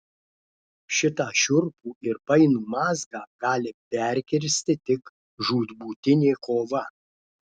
šitą šiurpų ir painų mazgą gali perkirsti tik žūtbūtinė kova